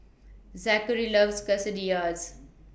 Zakary loves Quesadillas